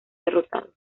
derrotado